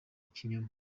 kinyoma